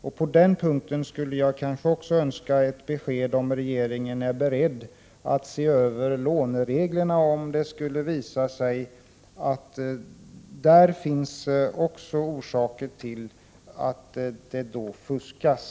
Jag skulle önska ett besked också om huruvida regeringen är beredd att se över lånereglerna, om det skulle visa sig att det också där finns orsaker till att det fuskas.